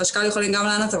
חשכ"ל יכולים גם לענות,